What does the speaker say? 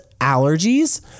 allergies